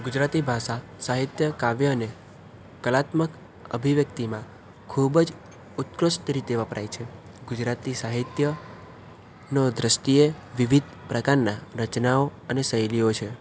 ગુજરાતી ભાષા સાહિત્ય કાવ્ય અને કળાત્મક અભિવ્યક્તિમાં ખૂબ જ ઉત્કૃષ્ટ રીતે વપરાય છે ગુજરાતી સાહિત્યનો દ્રષ્ટિએ વિવિધ પ્રકારના રચનાઓ અને શૈલીઓ છે